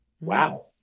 Wow